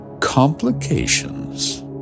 complications